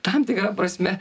tam tikra prasme